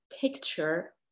picture